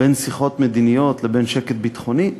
בין שיחות מדיניות לבין שקט ביטחוני?